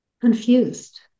confused